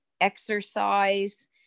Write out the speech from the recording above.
exercise